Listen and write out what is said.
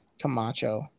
Camacho